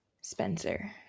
Spencer